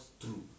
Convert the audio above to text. true